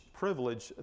privilege